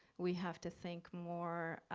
we have to think more,